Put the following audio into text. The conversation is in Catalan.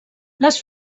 les